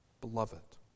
beloved